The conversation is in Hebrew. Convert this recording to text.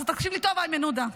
אז תקשיב לי טוב, איימן עודה,